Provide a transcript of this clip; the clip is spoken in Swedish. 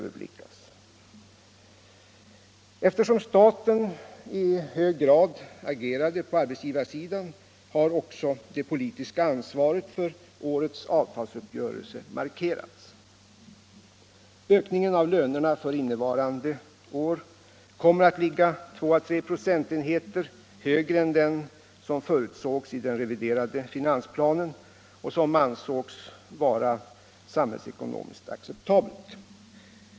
Eftersom staten i hög grad agerade på arbetsgivarsidan, har också det politiska ansvaret för årets avtalsuppgörelse markerats. Ökningen av lönerna för innevarande år kommer att ligga 2 å 3 procentenheter högre än den som förutsågs i den reviderade finansplanen och som ansågs vara samhällsekonomiskt acceptabel.